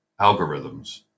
algorithms